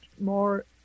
more